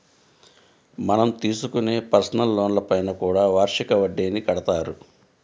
మనం తీసుకునే పర్సనల్ లోన్లపైన కూడా వార్షిక వడ్డీని కడతారు